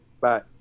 Bye